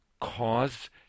cause